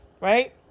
right